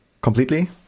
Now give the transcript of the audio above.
completely